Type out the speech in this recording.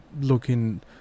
looking